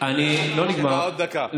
יש לך עוד דקה.